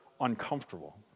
uncomfortable